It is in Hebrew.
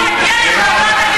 החוק יגיע לוועדה,